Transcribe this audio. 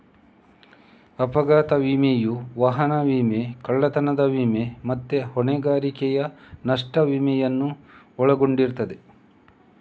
ಅಪಘಾತ ವಿಮೆಯು ವಾಹನ ವಿಮೆ, ಕಳ್ಳತನ ವಿಮೆ ಮತ್ತೆ ಹೊಣೆಗಾರಿಕೆಯ ನಷ್ಟ ವಿಮೆಯನ್ನು ಒಳಗೊಂಡಿರ್ತದೆ